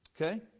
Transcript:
Okay